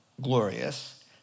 glorious